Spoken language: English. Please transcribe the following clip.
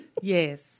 Yes